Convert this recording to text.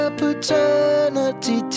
paternity